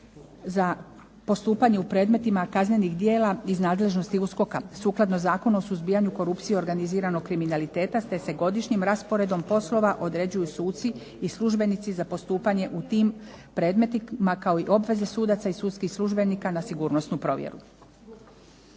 sa postupanje u predmetima kaznenih djela iz nadležnosti USKOK-a sukladno Zakonu o suzbijanju korupcije i organiziranog kriminaliteta te se godišnjim rasporedom poslova određuju suci i službenici za postupanje u tim predmetima kao i obveze sudaca i sudskih službenika na sigurnosnu provjeru.